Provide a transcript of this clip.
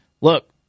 look